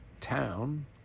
town